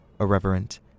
irreverent